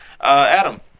Adam